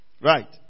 Right